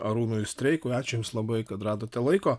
arūnui streikui ačiū jums labai kad radote laiko